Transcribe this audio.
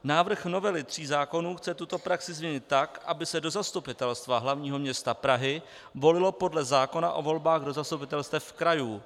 Návrh novely tří zákonů chce tuto praxi změnit tak, aby se do Zastupitelstva hlavního města Prahy volilo podle zákona o volbách do zastupitelstev krajů.